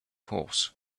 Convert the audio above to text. horse